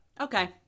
Okay